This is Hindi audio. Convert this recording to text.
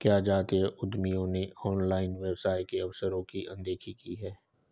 क्या जातीय उद्यमियों ने ऑनलाइन व्यवसाय के अवसरों की अनदेखी की है?